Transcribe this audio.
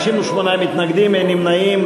58 מתנגדים, אין נמנעים.